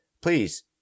please